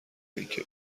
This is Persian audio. اینکه